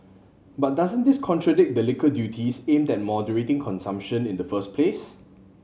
but doesn't this contradict the liquor duties aimed at moderating consumption in the first place